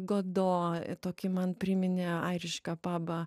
godo tokį man priminė airišką pabą